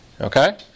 Okay